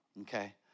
Okay